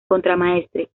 contramaestre